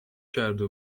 کرده